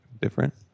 different